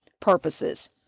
purposes